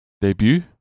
Debut